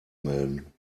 melden